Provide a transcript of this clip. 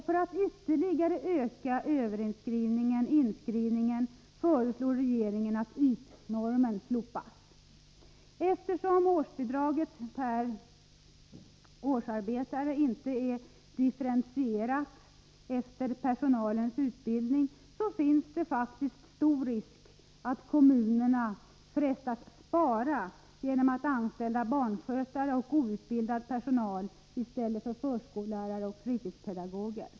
För att ytterligare öka inskrivningen föreslår regeringen att ytnormen slopas. Eftersom årsbidraget per årsarbetare inte är differentierat efter personalens utbildning, finns det faktiskt stor risk för att kommunerna frestas ”spara” genom att anställa barnskötare och outbildad personal i stället för förskollärare och fritidspedagoger.